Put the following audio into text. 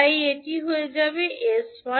তাই এটি হয়ে যাবে 𝑠